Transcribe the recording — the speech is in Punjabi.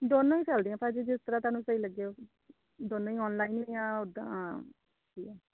ਦੋਨੋਂ ਹੀ ਚੱਲਦੇ ਆ ਭਾਅ ਜੀ ਜਿਸ ਤਰਾਂ ਤੁਹਾਨੂੰ ਸਹੀ ਲੱਗਿਆ ਦੋਨੇਂ ਹੀ ਔਨਲਾਈਨ ਜਾਂ ਓਦਾਂ